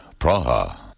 Praha